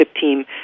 team